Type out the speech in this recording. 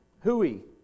hooey